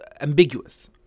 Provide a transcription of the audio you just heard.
ambiguous